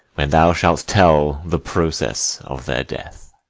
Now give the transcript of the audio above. when thou shalt tell the process of their death.